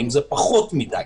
האם זה פחות מדי?